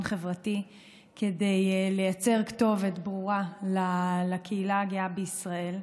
חברתי לייצר כתובת ברורה לקהילה הגאה בישראל,